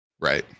right